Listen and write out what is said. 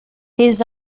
his